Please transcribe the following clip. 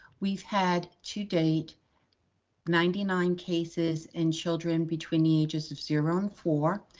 we've had to date ninety nine cases in children between the ages of zero and four,